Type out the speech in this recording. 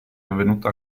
avvenuto